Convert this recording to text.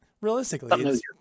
realistically